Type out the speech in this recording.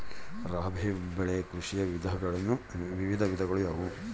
ರಾಬಿ ಬೆಳೆ ಕೃಷಿಯ ವಿವಿಧ ವಿಧಗಳು ಯಾವುವು?